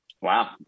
Wow